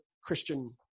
Christian